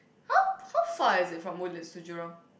how how far is it from Woodlands to Jurong